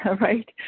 right